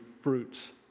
fruits